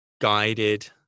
guided